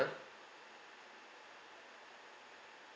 (uh huh)